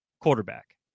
quarterback